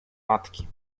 matki